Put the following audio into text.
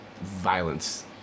violence